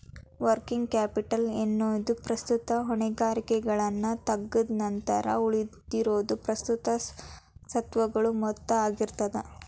working capital ಎನ್ನೊದು ಪ್ರಸ್ತುತ ಹೊಣೆಗಾರಿಕೆಗಳನ್ನ ತಗದ್ ನಂತರ ಉಳಿದಿರೊ ಪ್ರಸ್ತುತ ಸ್ವತ್ತುಗಳ ಮೊತ್ತ ಆಗಿರ್ತದ